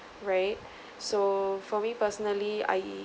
right so for me personally I